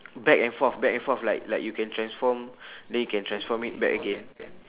back and forth back and forth like like you can transform then you can transform it back again